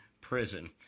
prison